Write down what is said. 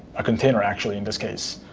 a container actually, in this case,